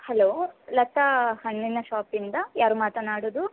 hello Latha ಹಣ್ಣಿನ ಷಾಪಿಂದ ಯಾರು ಮಾತನಾಡೋದು